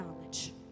knowledge